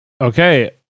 Okay